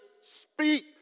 speak